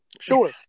Sure